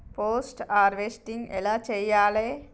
Post harvesting ఎలా చెయ్యాలే?